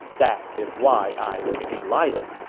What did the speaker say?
that is why i was delighted.